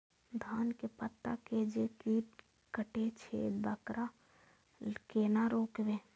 धान के पत्ता के जे कीट कटे छे वकरा केना रोकबे?